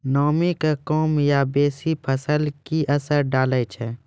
नामी के कम या बेसी फसल पर की असर डाले छै?